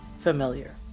familiar